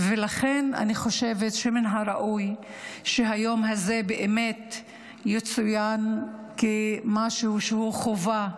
ולכן אני חושבת שמן הראוי שהיום הזה יצוין כמשהו שהוא חובה,